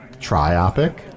triopic